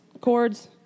chords